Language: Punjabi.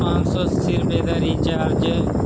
ਪੰਜ ਸੌ ਅੱਸੀ ਰੁਪਏ ਦਾ ਰੀਚਾਰਜ